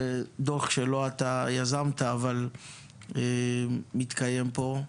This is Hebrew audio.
דוח שלא אתה יזמת אבל הדיון מתקיים פה.